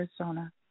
Arizona